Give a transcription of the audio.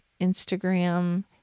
Instagram